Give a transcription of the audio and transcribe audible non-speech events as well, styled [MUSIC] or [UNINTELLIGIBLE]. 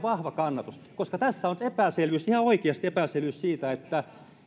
[UNINTELLIGIBLE] vahva kannatus siellä koska tässä on epäselvyys ihan oikeasti epäselvyys siitä